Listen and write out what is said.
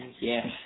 Yes